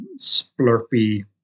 splurpy